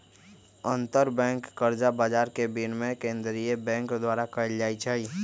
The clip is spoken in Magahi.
अंतरबैंक कर्जा बजार के विनियमन केंद्रीय बैंक द्वारा कएल जाइ छइ